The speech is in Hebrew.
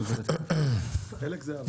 חלק עבר.